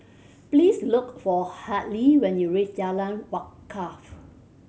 please look for Hartley when you reach Jalan Wakaff